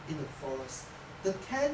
in the forest the ten